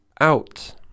out